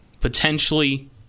potentially